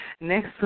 Next